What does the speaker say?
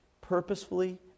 purposefully